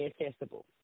accessible